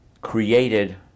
created